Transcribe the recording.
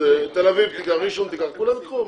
תל אביב תיקח, ראשון תיקח, כולם ייקחו.